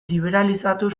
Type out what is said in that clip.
liberalizatu